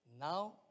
now